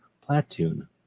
platoon